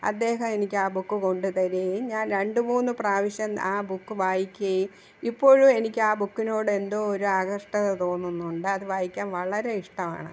അദ്ദേഹം എനിക്കാ ബുക്ക് കൊണ്ടത്തരികയും ഞാൻ രണ്ട് മൂന്ന് പ്രാവശ്യം ആ ബുക്ക് വായിക്കുകയും ഇപ്പോഴും എനിക്കാ ബുക്കിനോട് എന്തോ ഒരു ആകൃഷ്ടത തോന്നുന്നുണ്ട് അത് വായിക്കാൻ വളരെ ഇഷ്ടമാണ്